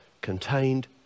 contained